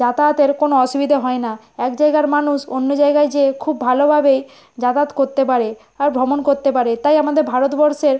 যাতায়াতের কোনো অসুবিধে হয় না এক জায়গার মানুষ অন্য জায়গায় যেয়ে খুব ভালোভাবেই যাতায়াত করতে পারে আর ভ্রমণ করতে পারে তাই আমাদের ভারতবর্ষের